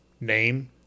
name